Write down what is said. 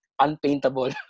unpaintable